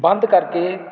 ਬੰਦ ਕਰਕੇ